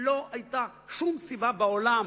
לא היתה שום סיבה בעולם